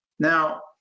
Now